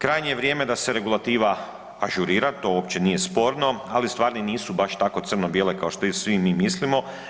Krajnje je vrijeme da se regulativa ažurira, to uopće nije sporno, ali stvari nisu baš tako crno bijele kao što i svi mi mislimo.